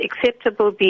acceptable